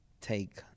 take